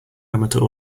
amateur